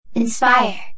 Inspire